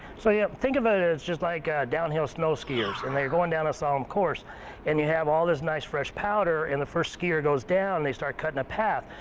so, yeah think of it as like downhill snow skiers and they're going down a slalom course and you have all this nice, fresh powder and the first skier goes down, they start cutting a path.